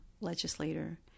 legislator